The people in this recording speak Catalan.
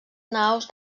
naus